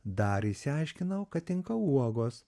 dar išsiaiškinau kad tinka uogos